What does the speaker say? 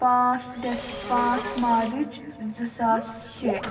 پانٛژھ ڈےٚ پانژھ مارچ زٕ ساس شیٚے